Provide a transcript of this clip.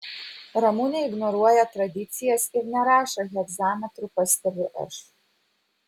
ramunė ignoruoja tradicijas ir nerašo hegzametru pastebiu aš